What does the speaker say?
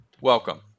Welcome